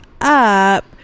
up